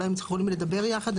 אולי הם יכולים לדבר יחד,